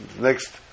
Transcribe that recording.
next